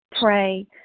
pray